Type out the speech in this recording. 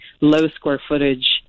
low-square-footage